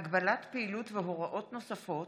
(הגבלת פעילות והוראות נוספות)